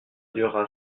dura